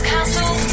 Castle